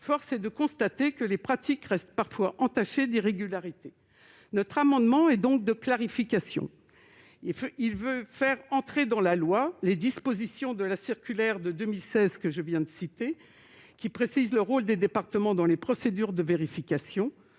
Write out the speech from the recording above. force est de constater que les pratiques restent parfois entachées d'irrégularités. Cet amendement de clarification vise à faire entrer dans la loi les dispositions de la circulaire de 2016 précitée, qui précise le rôle des départements dans les procédures de vérification.